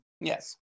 Yes